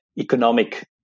economic